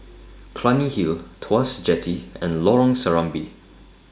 Clunny Hill Tuas Jetty and Lorong Serambi